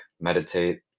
meditate